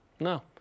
No